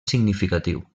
significatiu